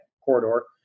corridor